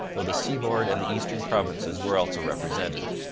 though the seaboard and the eastern provinces were also represented.